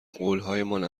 قولهایمان